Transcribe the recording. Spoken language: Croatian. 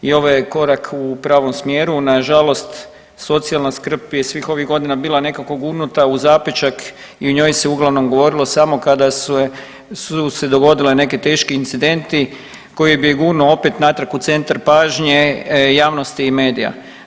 I ovo je korak u pravom smjeru, nažalost socijalne skrb je svih ovih godina bila nekako gurnuta u zapećak i o njoj se uglavnom govorilo samo kada su se dogodili neki teški incidenti koji bi je gurnuo opet natrag u centar pažnje javnosti medija.